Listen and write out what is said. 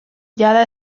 jada